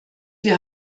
wir